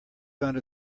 under